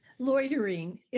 loitering